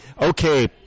Okay